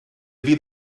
fydd